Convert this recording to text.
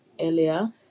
earlier